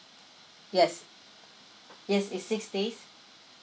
yes yes it's six days